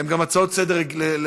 הן גם הצעות רגילות,